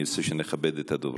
אני ארצה שנכבד את הדוברים.